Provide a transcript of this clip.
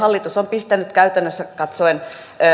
hallitus on pistänyt käytännössä katsoen